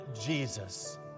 Jesus